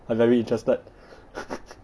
I very interested